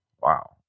wow